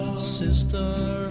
Sister